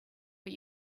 but